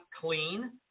clean